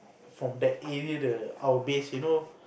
from that area the our base you know